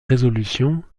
résolutions